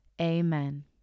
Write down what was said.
Amen